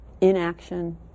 Inaction